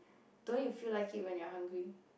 don't you feel like it when you're hungry